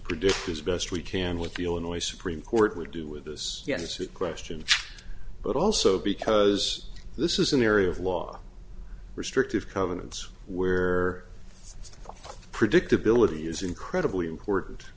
predict as best we can with the illinois supreme court would do with this yes it's a question but also because this is an area of law restrictive covenants where predictability is incredibly important